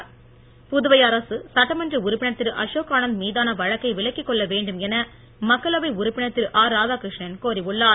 ் புதுவை அரசு சட்டமன்ற உறுப்பினர் திரு அசோக் ஆனந்த் மீதான வழக்கை விலக்கிக் கொள்ள வேண்டும் என மக்களவை உறுப்பினர் திரு ஆர் ராதாகிருஷ்ணன் கோரி உள்ளார்